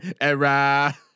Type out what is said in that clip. Era